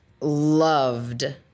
loved